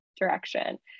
direction